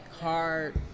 hard